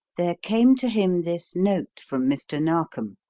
there came to him this note from mr. narkom